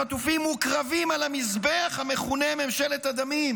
החטופים מוקרבים על המזבח המכונה ממשלת הדמים,